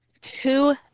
Two